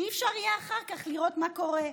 שלא יהיה אפשר אחר כך לראות מה קורה.